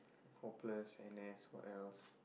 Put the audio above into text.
hopeless and then what else